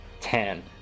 Ten